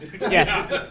Yes